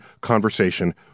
conversation